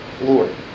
Lord